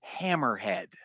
hammerhead